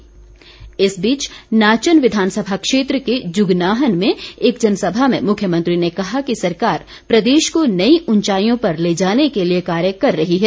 जयराम इस बीच नाचन विधानसभा क्षेत्र के जुगनाहन में एक जनसभा में मुख्यमंत्री ने कहा कि सरकार प्रदेश को नई ऊंचाईयों पर ले जाने के लिए कार्य कर रही है